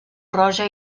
roja